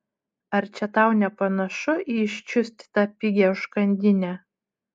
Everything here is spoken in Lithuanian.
ar čia tau nepanašu į iščiustytą pigią užkandinę